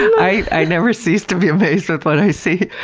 i never cease to be amazed with what i see.